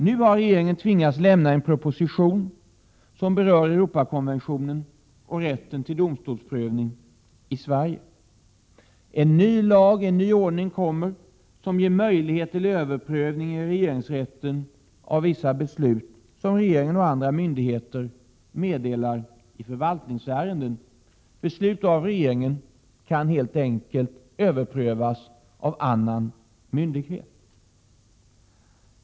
Nu har regeringen tvingats lämna en proposition som berör Europakonventionen och rätten till domstolsprövning i Sverige. En ny ordning kommer som ger möjlighet till överprövning i regeringsrätten av vissa beslut som regeringen och andra myndigheter meddelar i förvaltningsärenden. Beslut av regeringen kan helt enkelt överprövas av annan myndighet.